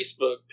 Facebook